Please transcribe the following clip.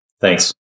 Thanks